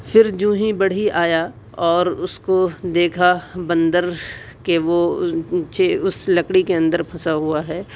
پھر جوں ہی بڑھئی آیا اور اس کو دیکھا بندر کہ وہ اس لکڑی کے اندر پھنسا ہوا ہے